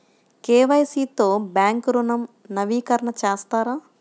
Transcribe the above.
KYC తో bank ఋణం నవీకరణ చేస్తారా?